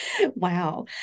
wow